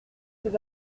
ces